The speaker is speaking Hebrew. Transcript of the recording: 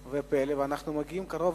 ופלא, אנחנו מגיעים קרוב